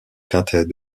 quintet